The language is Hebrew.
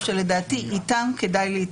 שתי מפלגות בלבד,